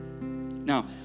Now